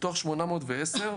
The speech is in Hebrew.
מתוך 810,